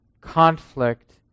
conflict